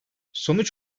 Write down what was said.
sonuç